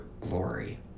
glory